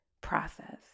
process